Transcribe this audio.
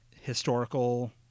historical